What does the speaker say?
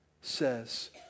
says